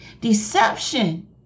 deception